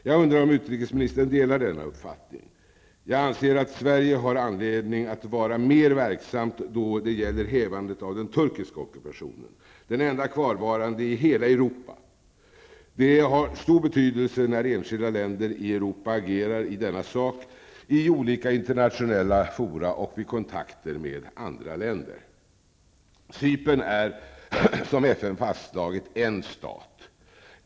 Jag undrar om utrikesministern delar denna uppfattning. Jag anser att Sverige har anledning att vara mer verksamt då det gäller hävandet av den turkiska ockupationen, den enda kvarvarande i hela Europa. Det har stor betydelse när enskilda länder i Europa agerar i denna sak i olika internationella fora och vid kontakter med andra länder. Cypern är, som FN fastslagit, en stat.